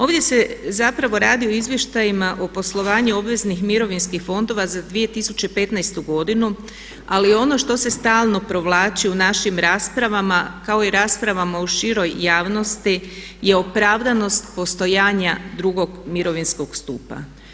Ovdje se zapravo radi o izvještajima o poslovanju obveznih mirovinskih fondova za 2015. godinu, ali ono što se stalno provlači u našim raspravama kao i raspravama u široj javnosti je opravdanost postojanja drugo mirovinskog stupa.